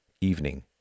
evening